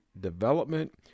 development